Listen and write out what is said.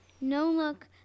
no-look